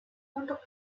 juntos